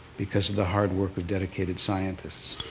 because of the hard work of dedicated scientists.